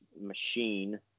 machine